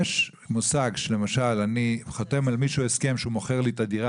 יש מושג שלמשל אני חותם עם מישהו הסכם שהוא מוכר לי את הדירה